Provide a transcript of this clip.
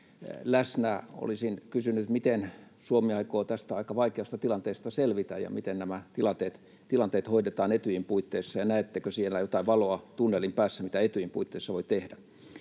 Olisin kysynyt: miten Suomi aikoo tästä aika vaikeasta tilanteesta selvitä, ja miten nämä tilanteet hoidetaan Etyjin puitteissa, ja näettekö siellä jotain valoa tunnelin päässä, mitä Etyjin puitteissa voi tehdä?